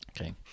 Okay